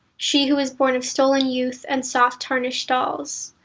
she who was born of stolen youth and soft, tarnished dolls.